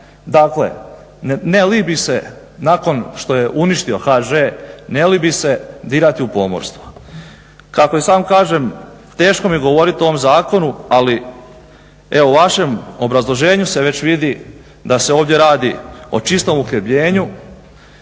Dakle, ne libi se nakon što je uništio HŽ ne libi se dirati u pomorstvo. Kako i sam kažem teško mi je govoriti o ovom zakonu, ali evo u vašem obrazloženju se već vidi da se ovdje radi o čistom uhljebljenju.